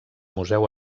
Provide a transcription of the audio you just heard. museu